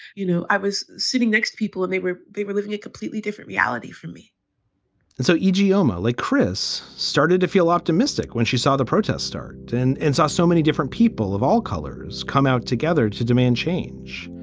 you know, i was sitting next people and they were they were living a completely different reality for me and so, ijeoma, like chris, started to feel optimistic when she saw the protest start and and saw so many different people of all colors come out together to demand change.